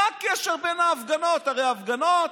מה הקשר בין ההפגנות הרי ההפגנות,